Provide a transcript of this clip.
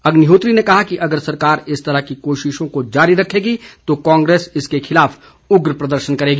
अग्निहोत्री ने कहा कि अगर सरकार इस तरह की कोशिशों को जारी रखेगी तो कांग्रेस इसके खिलाफ उग्र प्रदर्शन करेगी